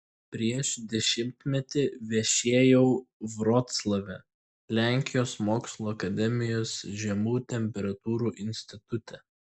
prieš dešimtmetį viešėjau vroclave lenkijos mokslų akademijos žemų temperatūrų institute